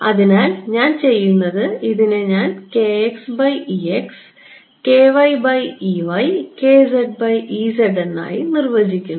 അതിനാൽ ഞാൻ ചെയ്യുന്നത് ഇതിനെ ഞാൻ എന്നായി നിർവ്വചിക്കുന്നു